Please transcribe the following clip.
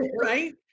right